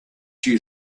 you